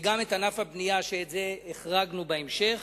וגם את ענף הבנייה, שאותו החרגנו בהמשך